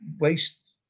waste